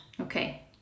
okay